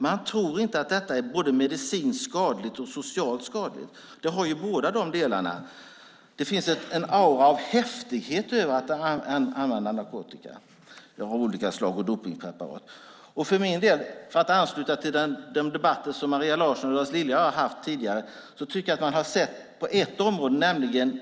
Man tror inte att detta är både medicinskt skadligt och socialt skadligt. Det handlar om båda delarna. Det finns en aura av häftighet över att använda narkotika av olika slag och dopningspreparat. För min del, för att ansluta till de debatter som Maria Larsson och Lars Lilja har haft tidigare, tycker jag att man har sett något på ett område.